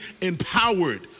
empowered